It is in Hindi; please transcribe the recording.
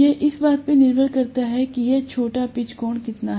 यह इस बात पर निर्भर करता है कि यह छोटा पिच कोण कितना है